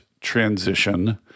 transition